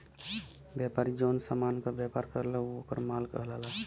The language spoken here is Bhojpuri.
व्यापारी जौन समान क व्यापार करला उ वोकर माल कहलाला